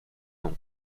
non